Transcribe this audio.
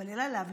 להתפלל עליו,